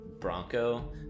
bronco